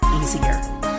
easier